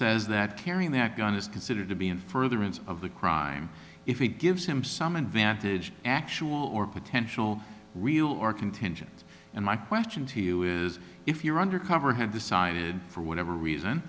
says that carrying their gun is considered to be in furtherance of the crime if it gives him some advantage actual or potential real or contingent and my question to you is if your undercover had decided for whatever reason